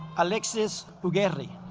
alexis who gary